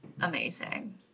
amazing